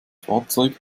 fahrzeug